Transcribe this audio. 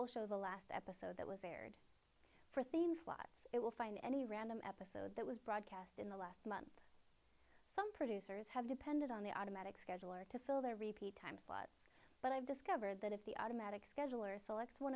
will show the last episode that for theme slots it will find any random episode that was broadcast in the last month some producers have depended on the automatic scheduler to fill their repeat time slots but i've discovered that if the automatic scheduler selects one